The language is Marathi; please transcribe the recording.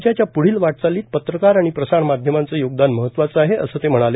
राज्याच्या पुढील वाटचालीत पत्रकार आणि प्रसार माध्यमांचं योगदान महत्त्वाचं आहे असं ते म्हणाले